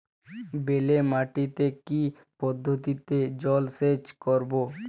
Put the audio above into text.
বেলে মাটিতে কি পদ্ধতিতে জলসেচ করব?